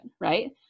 right